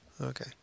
Okay